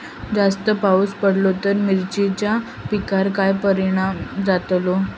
जास्त पाऊस पडलो तर मिरचीच्या पिकार काय परणाम जतालो?